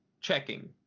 checking